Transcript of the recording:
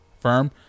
firm